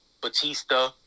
Batista